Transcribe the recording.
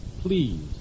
Please